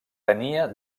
tenia